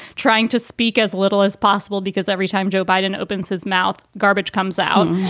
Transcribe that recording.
trying to speak as little as possible, because every time joe biden opens his mouth, garbage comes out.